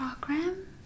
program